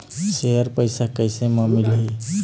Share पैसा कैसे म मिलही?